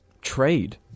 trade